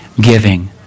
giving